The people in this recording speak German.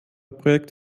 projekt